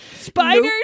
Spiders